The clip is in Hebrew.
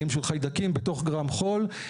של חיידקים בתוך גרם חול.